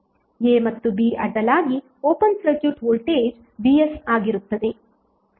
A ಮತ್ತು B ಅಡ್ಡಲಾಗಿ open circuit voltage vs ಆಗಿರುತ್ತದೆ